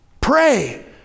Pray